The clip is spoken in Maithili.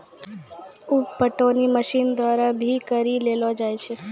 उप पटौनी मशीन द्वारा भी करी लेलो जाय छै